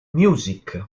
music